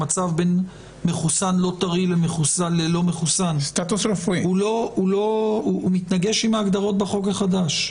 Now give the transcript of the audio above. המצב בין מחוסן לא טרי ללא-מחוסן מתנגש עם ההגדרות בחוק החדש.